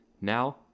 Now